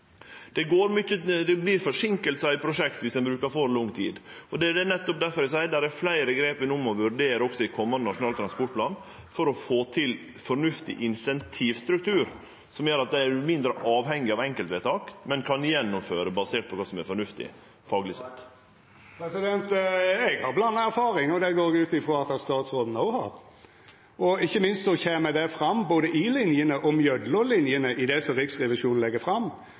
det går mykje pengar til planlegging, og det er verken eg, kommunalministeren eller finansministeren veldig glad i å bruke dersom det ikkje trengst. Det vert forseinkingar i prosjekt dersom ein brukar for lang tid. Det er nettopp difor eg seier at det er fleire grep vi no må vurdere, også i komande nasjonale transportplan, for å få til ein fornuftig incentivstruktur som gjer at ein er mindre avhengig av enkeltvedtak, men kan gjennomføre basert på kva som er fornuftig. Eg har blanda erfaring, og det går eg ut frå at statsråden òg har. Ikkje minst kjem det fram både i